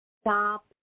stop